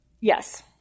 Yes